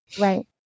Right